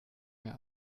mir